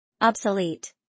Obsolete